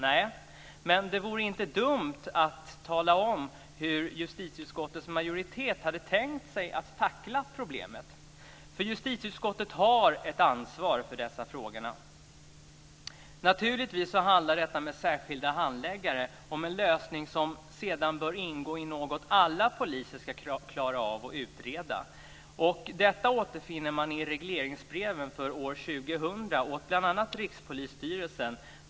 Nej, men det vore inte dumt att tala om hur justitieutskottets majoritet hade tänkt sig att tackla problemet, för justitieutskottet har ett ansvar för dessa frågor. Naturligtvis handlar detta med särskilda handläggare om en lösning som sedan bör ingå i vad alla poliser ska klara av att utreda. Detta återfinner man i regleringsbreven för år 2000 åt bl.a. Rikspolisstyrelsen.